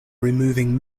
removing